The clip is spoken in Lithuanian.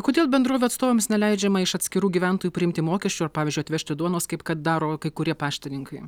kodėl bendrovių atstovams neleidžiama iš atskirų gyventojų priimti mokesčių ar pavyzdžiui atvežti duonos kaip kad daro kai kurie paštininkai